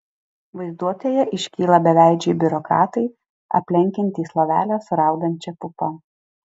vaizduotėje iškyla beveidžiai biurokratai aplenkiantys lovelę su raudančia pupa